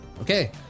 Okay